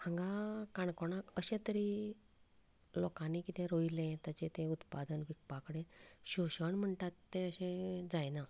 हांगा काणकोणाक अश्यां तरेन लोकांनी किदें रोयलें ताचे ते उत्पादन विकपा कडेन शोशण म्हणटात तें अशें जायना